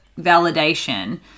validation